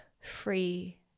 free